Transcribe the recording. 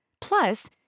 Plus